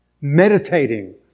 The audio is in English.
Meditating